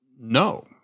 no